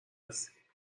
هستی